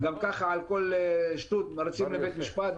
גם ככה על כל שטות מריצים לבית משפט.